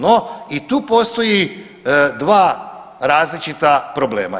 No i tu postoje dva različita problema.